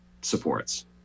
supports